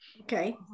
Okay